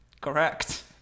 Correct